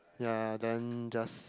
ya then just